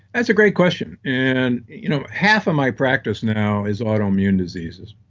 that's a great question, and you know half of my practice now is autoimmune diseases